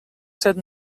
set